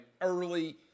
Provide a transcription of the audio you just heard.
early